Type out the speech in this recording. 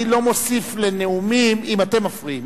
אני לא מוסיף לנאומים אם אתם מפריעים.